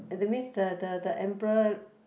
that means the the the emperor